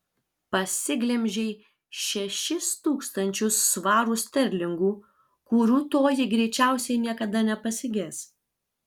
pasiglemžei šešis tūkstančius svarų sterlingų kurių toji greičiausiai niekada nepasiges